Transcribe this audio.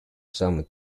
some